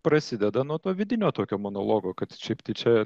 prasideda nuo to vidinio tokio monologo kad šiaip tai čia